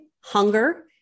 hunger